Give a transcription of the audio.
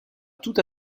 tout